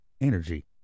energy